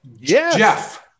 Jeff